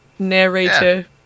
narrator